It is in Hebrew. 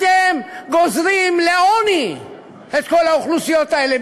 אתם גוזרים לעוני את כל האוכלוסיות האלה,